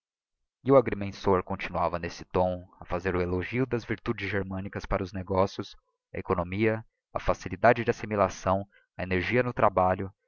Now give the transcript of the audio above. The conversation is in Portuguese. e o agrimensor continuava n'esse tom a fazer o elogio das virtudes germânicas para os negócios a economia a facilidade de assimilação a energia no trabalho